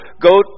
go